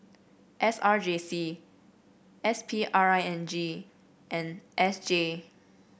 S R J C S P R I N G and S J